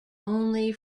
only